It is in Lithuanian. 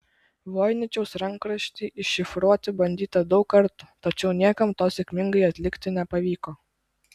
voiničiaus rankraštį iššifruoti bandyta daug kartų tačiau niekam to sėkmingai atlikti nepavyko